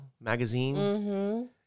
Magazine